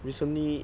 recently